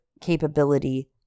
capability